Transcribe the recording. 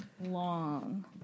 long